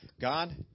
God